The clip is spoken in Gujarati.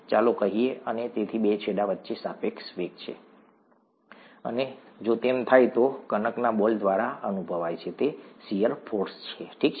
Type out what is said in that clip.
ચાલો કહીએ અને તેથી બે છેડા વચ્ચે સાપેક્ષ વેગ છે અને જો તેમ થાય તો કણકના બોલ દ્વારા અનુભવાય છે તે શીયર ફોર્સ છે ઠીક છે